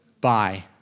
bye